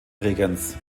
bregenz